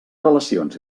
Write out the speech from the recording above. relacions